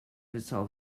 itself